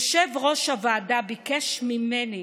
יושב-ראש הוועדה ביקש ממני